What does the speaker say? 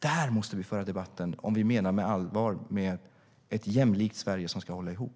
Där måste vi föra debatten om vi menar allvar med ett jämlikt Sverige som ska hålla ihop.